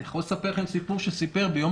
אני יכול לספר לכם סיפור שסיפר ביום